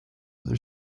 their